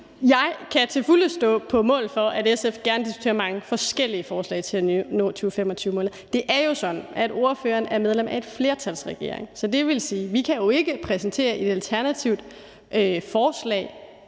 Jeg kan til fulde stå på mål for, at SF gerne diskuterer mange forskellige forslag til at nå 2025-målet. Det er jo sådan, at ordføreren er medlem af en flertalsregering. Så det vil sige, at vi jo ikke kan præsentere et alternativt forslag